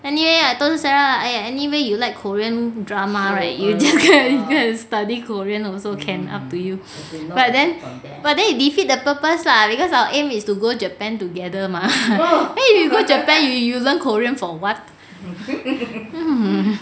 and ya I told sarah anyway you like korean drama right you just you just go and study korean also can up to you but then but then it defeat the purpose lah because our aim is to go japan together mah then if you go japan you learn korean for what